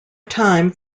time